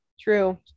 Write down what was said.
true